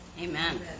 Amen